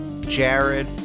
Jared